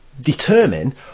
determine